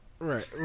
Right